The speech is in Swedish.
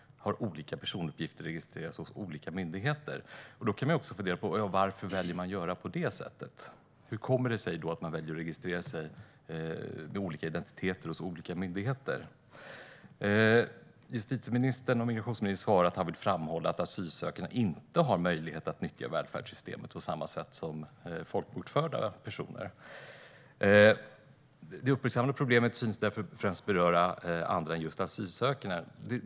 Då kan man också fundera på varför personer väljer att göra på det sättet. Hur kommer det sig att de väljer att registrera sig med olika identiteter hos olika myndigheter? Justitie och migrationsministern svarar att han vill "framhålla att asylsökande inte har möjlighet att nyttja välfärdssystemen i samma utsträckning som folkbokförda personer. Det uppmärksammade problemet synes därför främst beröra andra än just asylsökande".